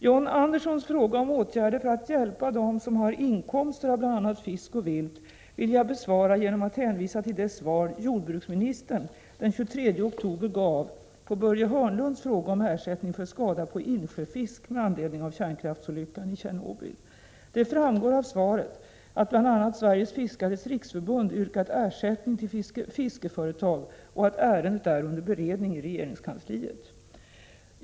John Anderssons fråga om åtgärder för att hjälpa dem som har inkomster av bl.a. fisk och vilt vill jag besvara genom att hänvisa till det svar jordbruksministern den 23 oktober gav på Börje Hörnlunds fråga om ersättning för skada på insjöfisk med anledning av kärnkraftsolyckan i Tjernobyl. Det framgår av svaret att bl.a. Sveriges fiskares riksförbund yrkat ersättning till fiskeföretag och att ärendet är under beredning i regeringskansliet.